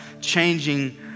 changing